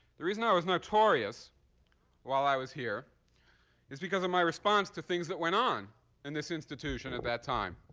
the reason i was notorious while i was here is because of my response to things that went on in this institution at that time.